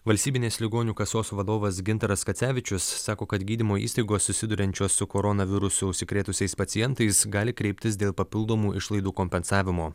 valstybinės ligonių kasos vadovas gintaras kacevičius sako kad gydymo įstaigos susiduriančios su koronavirusu užsikrėtusiais pacientais gali kreiptis dėl papildomų išlaidų kompensavimo